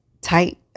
tight